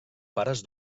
pares